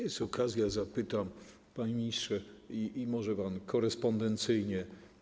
Jest okazja, to zapytam, panie ministrze, i może pan korespondencyjnie.